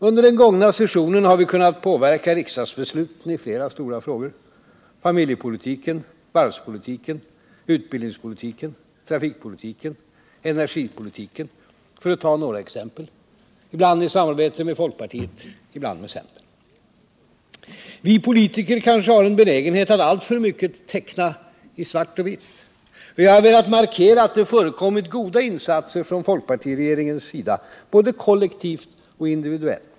Under den gångna sessionen har vi kunnat påverka riksdagsbesluten i flera stora frågor — familjepolitiken, varvspolitiken, utbildningspolitiken, trafikpolitiken, energipolitiken för att ta några exempel — ibland i samarbete med folkpartiet, ibland med centern. Vi politiker kanske har en benägenhet att alltför mycket teckna i svart och vitt. Jag har velat markera att det förekommit goda insatser från folkpartiregeringens sida, både kollektivt och individuellt.